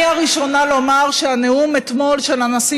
אני הראשונה לומר שהנאום אתמול של הנשיא